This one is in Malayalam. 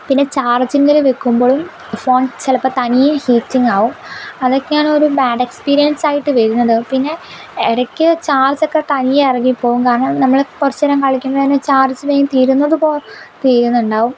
പിന്നെ ചാര്ജിംഗില് വയ്ക്കുമ്പോളും ഫോൺ ചിലപ്പോൾ തനിയെ ഹീറ്റിങ് ആകും അതൊക്കെയാണ് ഒരു ബാഡ് എക്സ്പിരീയന്സായിട്ട് വരുന്നത് പിന്നെ ഇടയ്ക്ക് ചാര്ജൊക്കെ തനിയെ ഇറങ്ങി പോകും കാരണം നമ്മള് കുറച്ചുനേരം കളിക്കുന്നതിന് ചാര്ജ് വേഗം തീരുന്നതുപോലെ തീരുന്നുണ്ടാവും